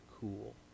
cool